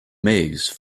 maze